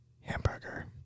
hamburger